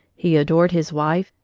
he adored his wife,